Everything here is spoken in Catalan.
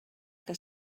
que